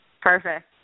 perfect